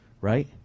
right